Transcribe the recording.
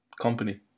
company